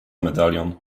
medalion